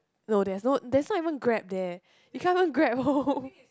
no there's no there's not even Grab there you can't even Grab home